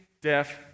deaf